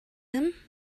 him